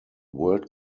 world